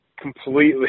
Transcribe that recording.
completely